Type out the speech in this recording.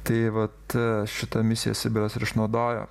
tai vat šita misija sibiras ir išnaudojo